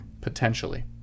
potentially